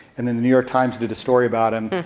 and then the new york times did a story about him,